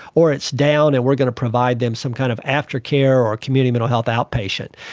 or it's down and we're going to provide them some kind of after-care or community mental health outpatient.